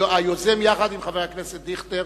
יחד עם חבר הכנסת דיכטר,